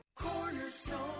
Cornerstone